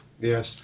Yes